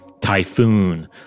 Typhoon